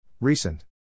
Recent